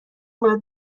باید